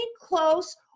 close